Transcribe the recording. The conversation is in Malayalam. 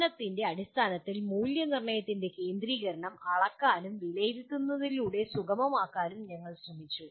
പഠനത്തിൻ്റെ അടിസ്ഥാനത്തിൽ മൂല്യനിർണ്ണയത്തിൻ്റെ കേന്ദ്രീകരണം അളക്കാനും വിലയിരുത്തലിലൂടെ സുഗമമാക്കാനും ഞങ്ങൾ ശ്രമിച്ചു